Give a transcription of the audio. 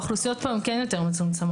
האוכלוסיות כאן הן כן יותר מצומצמות.